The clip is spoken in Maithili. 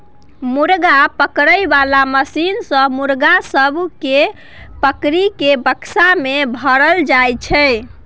मुर्गा पकड़े बाला मशीन सँ मुर्गा सब केँ पकड़ि केँ बक्सा मे भरल जाई छै